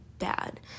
bad